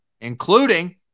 including